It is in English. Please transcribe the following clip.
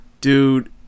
dude